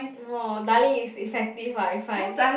no Darlie is effective what I find